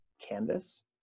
canvas